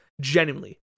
Genuinely